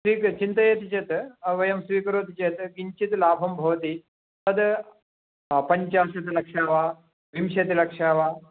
स्वीक् चिन्तयति चेत् वयं स्वीकरोति चेत् किञ्चित् लाभः भवति तद् पञ्चविंशतिलक्षं वा विंशतिलक्षं वा